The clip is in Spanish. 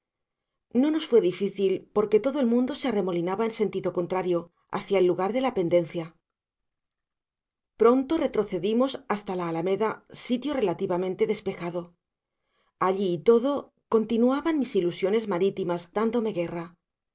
no nos fue difícil porque todo el mundo se arremolinaba en sentido contrario hacia el lugar de la pendencia pronto retrocedimos hasta la alameda sitio relativamente despejado allí y todo continuaban mis ilusiones marítimas dándome guerra